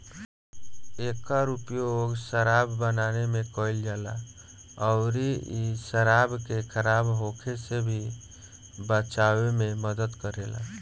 एकर उपयोग शराब बनावे में कईल जाला अउरी इ शराब के खराब होखे से भी बचावे में मदद करेला